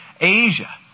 Asia